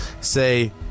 say